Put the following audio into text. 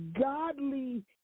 godly